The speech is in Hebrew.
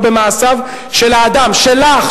או במעשיו של האדם" שלך,